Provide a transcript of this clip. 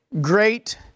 great